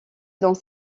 dans